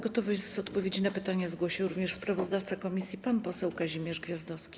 Gotowość odpowiedzi na pytanie zgłosił również sprawozdawca komisji pan poseł Kazimierz Gwiazdowski.